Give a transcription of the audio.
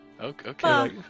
Okay